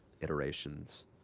iterations